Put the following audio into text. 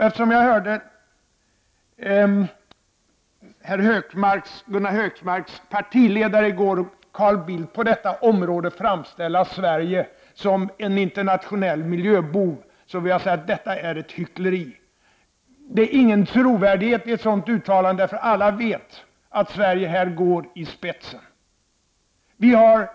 Eftersom jag hörde Gunnar Hökmarks partiledare i går på detta område framställa Sverige som en internationell miljöbov, vill jag säga att detta är hyckleri. Det finns ingen trovärdighet i ett sådant uttalande. Alla vet att Sverige här går i spetsen.